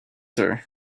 her